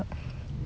whatever